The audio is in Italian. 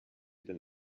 del